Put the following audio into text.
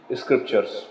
scriptures